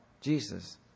Jesus